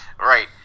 Right